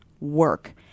work